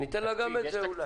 אולי ניתן לה גם את זה.